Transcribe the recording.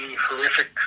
horrific